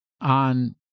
on